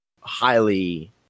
highly